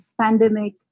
pandemic